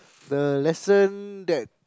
the lesson that